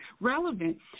relevant